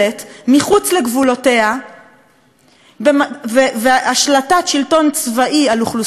לגבולותיה והשלטת שלטון צבאי על אוכלוסייה אזרחית,